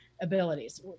abilities